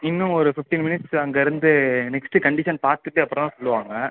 இன்னும் ஒரு fifteen minutes அங்கே இருந்து நெக்ஸ்ட்டு கண்டிஷன் பார்த்துட்டு அப்பறமாக சொல்லுவாங்க